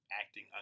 acting